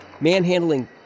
manhandling